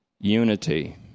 unity